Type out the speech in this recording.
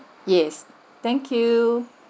yes thank you